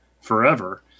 forever